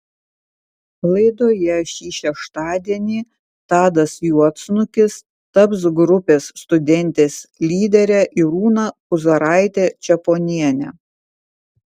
laidoje šį šeštadienį tadas juodsnukis taps grupės studentės lydere irūna puzaraite čepononiene